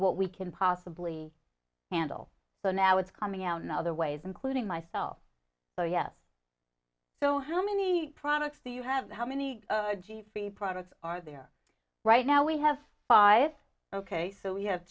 what we can possibly handle so now it's coming out in other ways including myself so yes so how many products do you have how many g free products are there right now we have five ok so we have